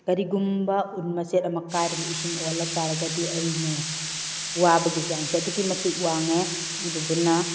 ꯀꯔꯤꯒꯨꯝꯕ ꯎꯟ ꯃꯆꯦꯠ ꯑꯃ ꯀꯥꯏꯔꯒ ꯏꯁꯤꯡ ꯑꯣꯜꯂꯛꯄ ꯇꯥꯔꯒꯗꯤ ꯑꯩꯅ ꯋꯥꯕꯒꯤ ꯆꯥꯡꯁꯤ ꯑꯗꯨꯛꯀꯤ ꯃꯇꯤꯛ ꯋꯥꯡꯉꯦ ꯑꯗꯨꯗꯨꯅ